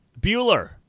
Bueller